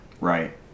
Right